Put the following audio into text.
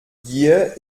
gier